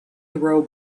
throw